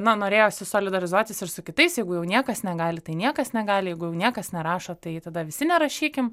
na norėjosi solidarizuotis ir su kitais jeigu jau niekas negali tai niekas negali jeigu niekas nerašo tai tada visi nerašykim